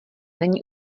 není